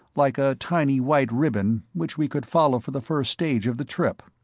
like a tiny white ribbon, which we could follow for the first stage of the trip.